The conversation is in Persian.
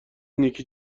نیکی